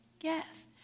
yes